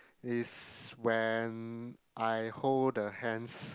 is when I hold the hands